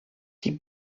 die